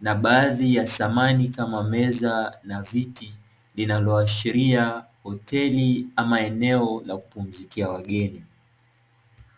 na baadhi ya samani kama meza na viti vinavyoashiria hoteli ama eneo la kupumzikia wageni.